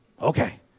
Okay